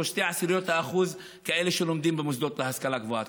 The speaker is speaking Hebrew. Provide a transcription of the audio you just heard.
0.2% כאלה שלומדים במוסדות להשכלה גבוהה.